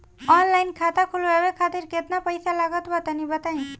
Online खाता खूलवावे खातिर केतना पईसा लागत बा तनि बताईं?